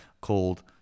called